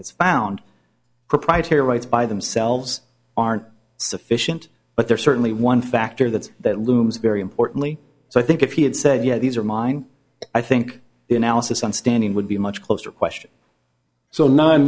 has found proprietary rights by themselves aren't sufficient but they're certainly one factor that's that looms very importantly so i think if he had said yeah these are mine i think the analysis on standing would be much closer question so nine